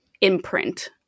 imprint